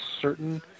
certain